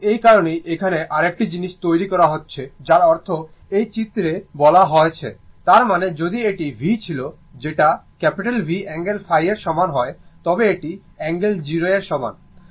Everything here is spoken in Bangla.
সুতরাং এই কারণেই এখানে আরেকটি জিনিস তৈরি করা হচ্ছে যার অর্থ এই চিত্রে যা বলা হয়েছে তার মানে যদি এটি v ছিল যেটা V অ্যাঙ্গেল ϕ এর সমান হয় তবে এটি অ্যাঙ্গেল 0 এর সমান